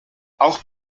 auch